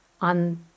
on